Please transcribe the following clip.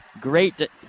Great